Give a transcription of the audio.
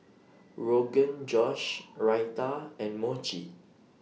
Rogan Josh Raita and Mochi